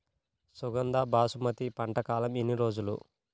సుగంధ బాసుమతి పంట కాలం ఎన్ని రోజులు?